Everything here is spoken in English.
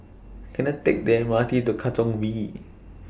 Can I Take The M R T to Katong V